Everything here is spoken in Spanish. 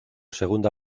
segunda